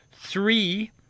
three